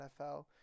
NFL